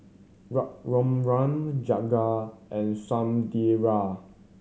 Raghuram Jagat and Sunderlal